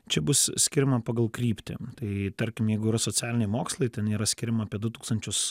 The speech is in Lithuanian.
čia bus skiriama pagal kryptį tai tarkim jeigu yra socialiniai mokslai ten yra skiriama apie du tūkstančius